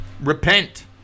Repent